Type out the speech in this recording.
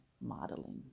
modeling